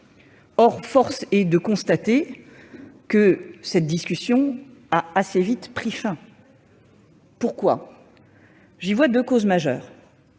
Or force est de constater que cette discussion a assez vite pris fin. J'y vois deux causes majeures